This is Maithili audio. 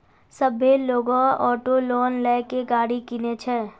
सभ्भे लोगै ऑटो लोन लेय के गाड़ी किनै छै